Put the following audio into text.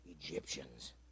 Egyptians